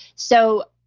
so